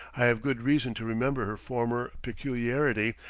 i have good reason to remember her former peculiarity,